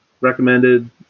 recommended